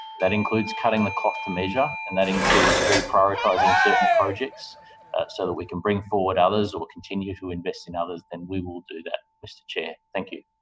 that includes cutting the cloth to measure, and that includes reprioritising certain projects so that we can bring forward others or continue to invest in others, and we will do that, mr chair. thank you.